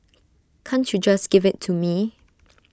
can't you just give IT to me